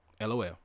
LOL